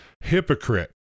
Hypocrite